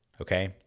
okay